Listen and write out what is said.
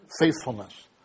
faithfulness